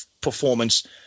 performance